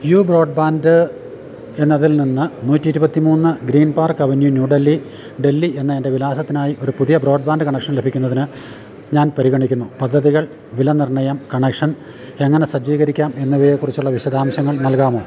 U broadband എന്നതിൽ നിന്ന് നൂറ്റി ഇരുപത്തി മൂന്ന് Green Park Avenue New Delhi Delhi എന്ന എൻ്റെ വിലാസത്തിനായി ഒരു പുതിയ ബ്രോഡ്ബാൻ്റ് കണക്ഷൻ ലഭിക്കുന്നതിന് ഞാൻ പരിഗണിക്കുന്നു പദ്ധതികൾ വിലനിർണ്ണയം കണക്ഷൻ എങ്ങനെ സജ്ജീകരിക്കാം എന്നിവയേക്കുറിച്ചുള്ള വിശദാംശങ്ങൾ നൽകാമോ